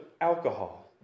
alcohol